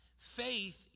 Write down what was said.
Faith